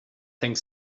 think